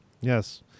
Yes